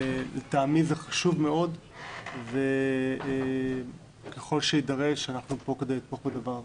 לטעמי זה חשוב מאוד וככל שיידרש אנחנו פה כדי לתמוך בדבר הזה.